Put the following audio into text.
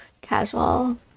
Casual